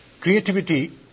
creativity